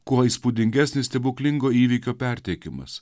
kuo įspūdingesnis stebuklingo įvykio perteikimas